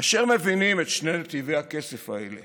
כאשר מבינים את שני נתיבי הכסף האלה